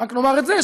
רק נאמר את זה,